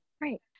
right